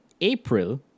April